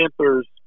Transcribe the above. Panthers